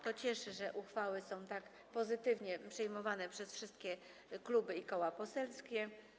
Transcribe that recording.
To cieszy, że uchwały są tak pozytywnie przyjmowane przez wszystkie kluby i koła poselskie.